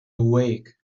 awake